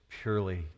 purely